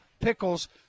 pickles